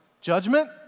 judgment